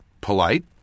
polite